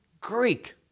Greek